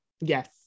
Yes